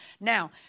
Now